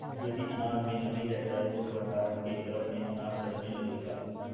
यदि अनाज में नमी रह जाए तो भण्डारण के क्रम में अनाज सड़ने लगेगा